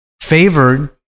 favored